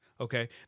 Okay